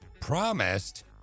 promised